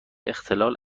اختلال